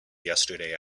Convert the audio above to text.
yesterday